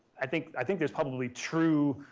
i think, i think there's probably true,